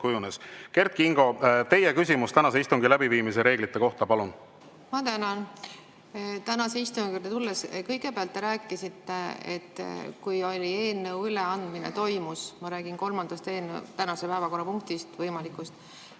Kert Kingo, teie küsimus tänase istungi läbiviimise reeglite kohta, palun!